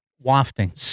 wafting